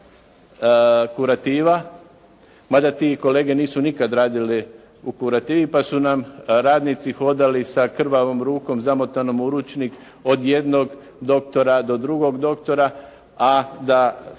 kurativa, mada ti kolege nisu nikada radili u kurativi, pa su nam radnici hodali sa krvavom rukom zamotanom u ručnik od jednog doktora do drugog doktora, a da